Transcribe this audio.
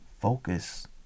focus